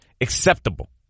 acceptable